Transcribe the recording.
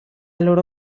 loro